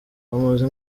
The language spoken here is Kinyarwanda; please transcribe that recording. bamuzi